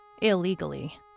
Illegally